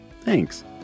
Thanks